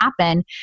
happen